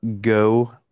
go